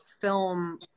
film